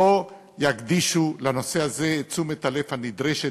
לא יקדישו לנושא הזה את תשומת הלב הנדרשת,